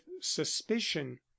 suspicion